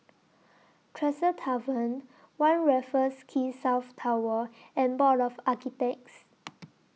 Tresor Tavern one Raffles Quay South Tower and Board of Architects